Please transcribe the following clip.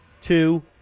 two